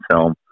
film